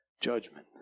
judgment